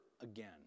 again